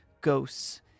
ghosts